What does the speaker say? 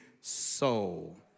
soul